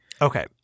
Okay